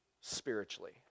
spiritually